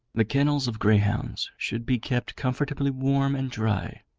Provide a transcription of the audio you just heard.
the kennels of greyhounds should be kept comfortably warm and dry,